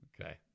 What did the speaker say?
Okay